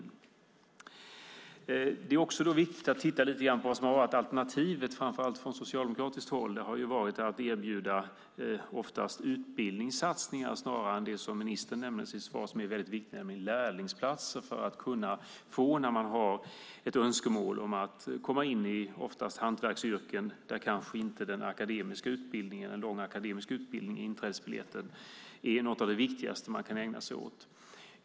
Det är också viktigt att lite grann titta på vad som varit alternativet, framför allt från socialdemokratiskt håll. Alternativet har oftast varit att erbjuda utbildningssatsningar snarare än det som ministern nämnt i sitt svar och som är väldigt viktigt, nämligen lärlingsplatser för dem som har önskemål om - som det oftast är - att komma in i hantverksyrken där en lång akademisk utbildning kanske inte är inträdesbiljetten och inte något av det viktigaste man kan ägna sig åt.